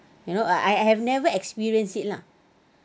you know uh I have never experienced it lah